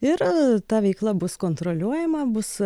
ir ta veikla bus kontroliuojama bus